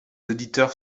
auditeurs